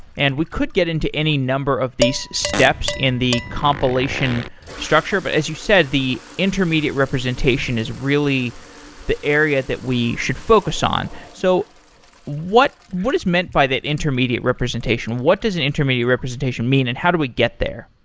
and we could get into any number of these steps in the compilation structure. but as you said, the intermediate representation is really the area that we should focus on. so what what is meant by that intermediate representation? what does an intermediate representation mean and how do we get there?